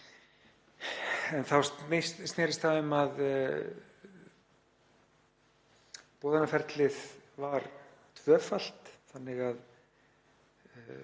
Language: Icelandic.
En þá snerist það um að boðunarferlið var tvöfalt þannig